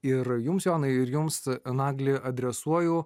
ir jums jonai ir jums nagli adresuoju